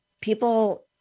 People